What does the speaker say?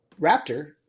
Raptor